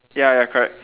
ya ya correct